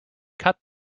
cut